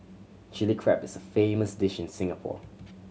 Chilli Crab is a famous dish in Singapore